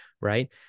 right